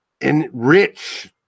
enrich